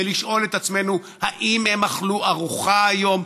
ולשאול את עצמנו: האם הם אכלו ארוחה היום?